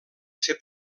ser